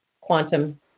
quantum